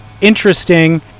interesting